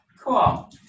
cool